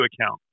account